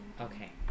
Okay